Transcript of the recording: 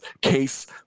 case